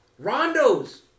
rondos